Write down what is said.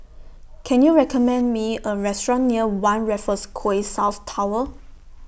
Can YOU recommend Me A Restaurant near one Raffles Quay South Tower